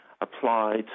applied